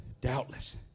Doubtless